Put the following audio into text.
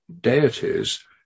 deities